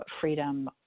freedom